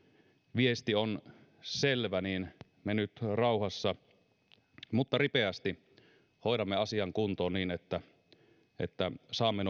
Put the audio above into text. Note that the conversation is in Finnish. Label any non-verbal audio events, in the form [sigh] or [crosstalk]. viesti on selvä niin me nyt rauhassa mutta ripeästi hoidamme asian kuntoon niin että että saamme [unintelligible]